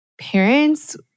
parents